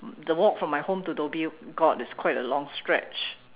the walk from my home to Dhoby Ghaut is quite a long stretch